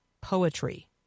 poetry